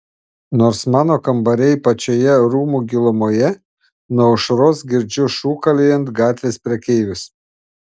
nors mano kambariai pačioje rūmų gilumoje nuo aušros girdžiu šūkaliojant gatvės prekeivius